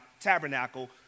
tabernacle